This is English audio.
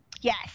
Yes